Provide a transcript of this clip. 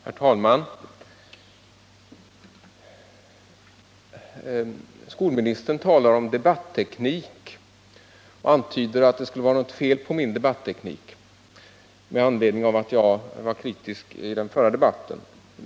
Herr talman! Skolministern talar om debatteknik och antyder att det skulle vara något fel på min debatteknik.